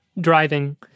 driving